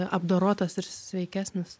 apdorotas ir sveikesnis